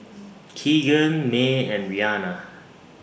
Kegan Mae and Rhianna